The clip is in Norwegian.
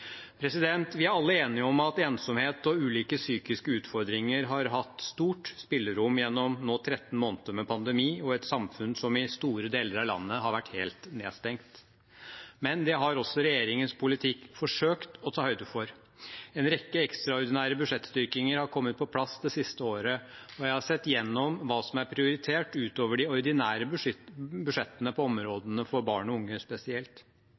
Vi er alle enige om at ensomhet og ulike psykiske utfordringer har hatt stort spillerom gjennom nå 13 måneder med pandemi og et samfunn som i store deler av landet har vært helt nedstengt. Men det har også regjeringens politikk forsøkt å ta høyde for. En rekke ekstraordinære budsjettstyrkinger har kommet på plass det siste året, og jeg har sett gjennom hva som er prioritert utover de ordinære budsjettene på områdene for barn og unge spesielt: